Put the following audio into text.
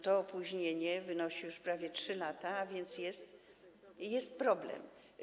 To opóźnienie wynosi już prawie 3 lata, a więc jest problem.